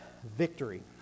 Victory